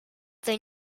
the